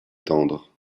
tendre